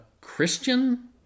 Christian